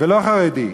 ולא חרדי.